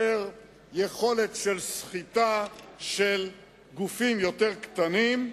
יותר יכולת סחיטה של גופים יותר קטנים,